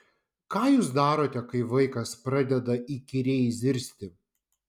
ką jūs darote kai vaikas pradeda įkyriai zirzti